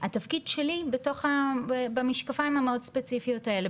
התפקיד שלי ב'משקפיים' המאוד ספציפיות האלה,